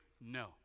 No